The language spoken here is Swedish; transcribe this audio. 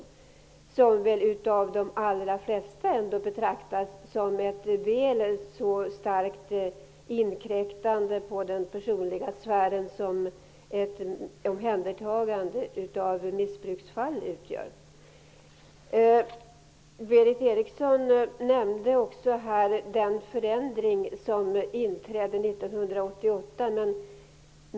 LVU betraktas av de allra flesta som ett väl så starkt inkräktande i den personliga sfären som ett omhändertagande av en missbrukare utgör. Berith Eriksson nämnde också den förändring som inträdde 1988.